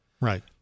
Right